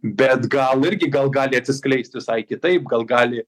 bet gal irgi gal gali atsiskleist visai kitaip gal gali